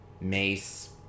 Mace